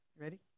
Ready